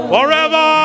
Forever